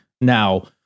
now